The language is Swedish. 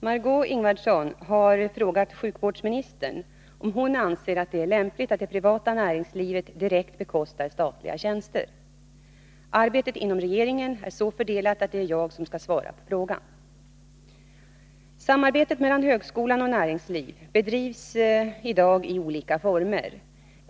Herr talman! Margö Ingvardsson har frågat sjukvårdsministern om hon anser att det är lämpligt att det privata näringslivet direkt bekostar statliga tjänster. Arbetet inom regeringen är så fördelat att det är jag som skall svara på frågan. Samarbetet mellan högskolan och näringsliv bedrivs i dag i olika former.